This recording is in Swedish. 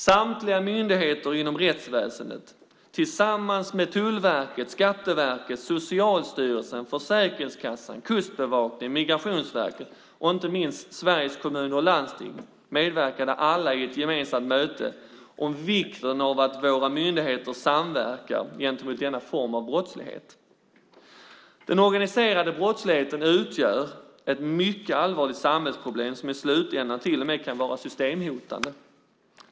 Samtliga myndigheter inom rättsväsendet tillsammans med Tullverket, Skatteverket, Socialstyrelsen, Försäkringskassan, Kustbevakningen, Migrationsverket och inte minst Sveriges Kommuner och Landsting medverkade alla i ett gemensamt möte om vikten av att våra myndigheter samverkar mot denna form av brottslighet. Den organiserade brottsligheten utgör ett mycket allvarligt samhällsproblem, som i slutändan till och med kan vara systemhotande.